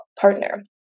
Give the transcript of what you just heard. partner